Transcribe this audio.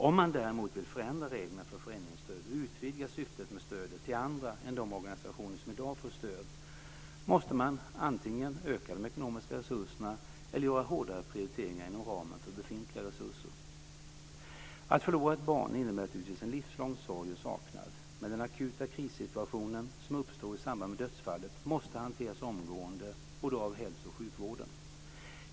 Om man däremot vill förändra reglerna för föreningsstöd och utvidga syftet med stödet till andra än de organisationer som i dag får stöd måste man antingen öka de ekonomiska resurserna eller göra hårdare prioriteringar inom ramen för befintliga resurser. Att förlora ett barn innebär naturligtvis en livslång sorg och saknad, men den akuta krissituationen som uppstår i samband med dödsfallet måste hanteras omgående och då av hälso och sjukvården.